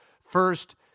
first